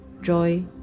joy